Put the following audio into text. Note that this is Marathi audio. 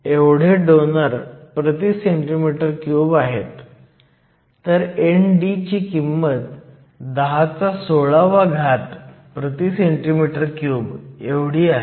समस्या 3 मध्ये आपल्याकडे सिलिकॉन अब्रप्ट जंक्शन आहे जे खोलीच्या तापमानावर थर्मल इक्विलिब्रियममध्ये आहे